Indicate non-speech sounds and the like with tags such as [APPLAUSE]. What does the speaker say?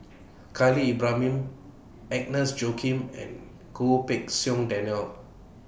[NOISE] Khalil Ibrahim Agnes Joaquim and Goh Pei Siong Daniel